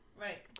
Right